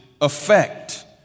effect